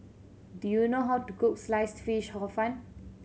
do you know how to cook Sliced Fish Hor Fun